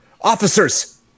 Officers